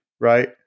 right